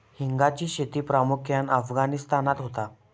हिंगाची शेती प्रामुख्यान अफगाणिस्तानात होता